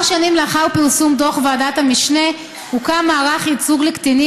כמה שנים לאחר פרסום דוח ועדת המשנה הוקם מערך ייצוג לקטינים